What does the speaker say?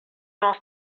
asked